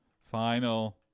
final